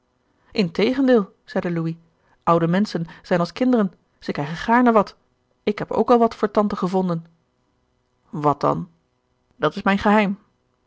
integendeel zeide louis oude menschen zijn als kinderen zij krijgen gaarne wat ik heb ook al wat voor tante gevonden wat dan dat is mijn geheim